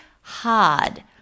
hard